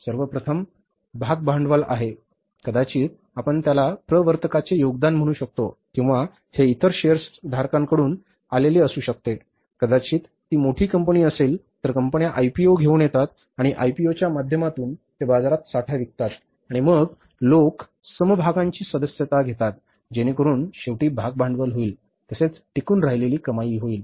सर्वप्रथम भागभांडवल आहे कदाचित आपण त्याला प्रवर्तकांचे योगदान म्हणु शकतो किंवा हे इतर शेअर्सधारकांकडून आलेले असु शकते कदाचित ती मोठी कंपनी असेल तर कंपन्या आयपीओ घेऊन येतात आणि आयपीओच्या माध्यमातून ते बाजारात साठा विकतात आणि मग लोक समभागांची सदस्यता घेतात जेणेकरून शेवटी भागभांडवल होईल तसेच टिकून राहिलेली कमाई होईल